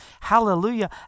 Hallelujah